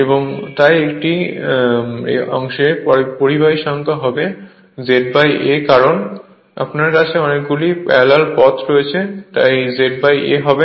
এবং তাই একটি অংশে পরিবাহীর সংখ্যা হবে ZA কারণ আপনার কাছে অনেকগুলি প্যারালাল পাথ রয়েছে তাই ZA হবে